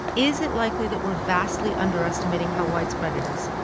is it likely that we're vastly underestimating how widespread it is?